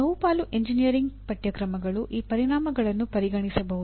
ಬಹುಪಾಲು ಎಂಜಿನಿಯರಿಂಗ್ ಪಠ್ಯಕ್ರಮಗಳು ಈ ಪರಿಣಾಮಗಳನ್ನು ಪರಿಗಣಿಸಬಹುದು